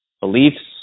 Beliefs